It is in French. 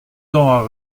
tend